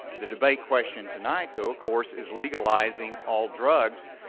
the debate question tonight, though, of course, is legalizing all drugs.